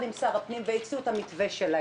עם שר הפנים והציעו את המתווה שלהם,